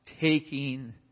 taking